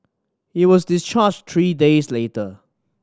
he was discharged three days later